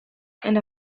and